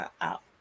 Out